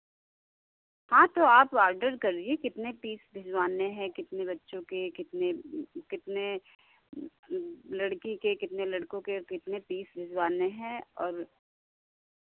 हाँ तो आप ऑर्डर करिए कितने पीस भिजवाने हैं कितने बच्चों के कितने कितने लड़की के कितने लड़कों के और कितने पीस भिजवाने हैं और